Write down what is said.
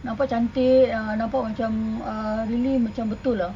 nampak cantik ah nampak macam ah really macam betul lah